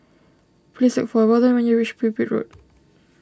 please look for Weldon when you reach Pipit Road